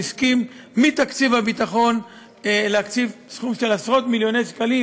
שהסכים מתקציב הביטחון להקציב עשרות מיליוני שקלים